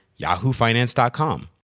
yahoofinance.com